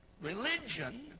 religion